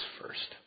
first